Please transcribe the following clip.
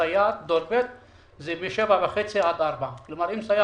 סייעת היא מ-7:30 בבוקר עד 4:00 אחר הצוהריים.